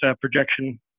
projection